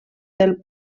del